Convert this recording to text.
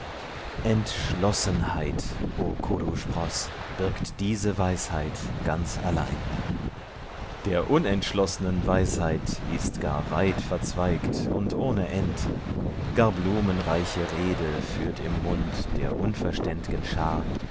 entschlossenheit o kuru sproß birgt diese weisheit ganz allein der unentschloßnen weisheit ist gar weitverzweigt und ohne end gar blumenreiche rede führt im mund der unverständ'gen schar